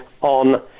on